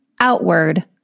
outward